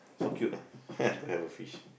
so cute ah to have a fish